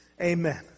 Amen